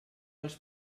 dels